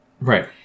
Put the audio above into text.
Right